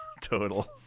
total